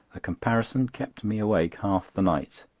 comparison kept me awake half the night.